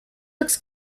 looks